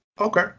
Okay